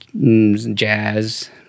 jazz